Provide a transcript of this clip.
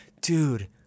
dude